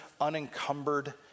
unencumbered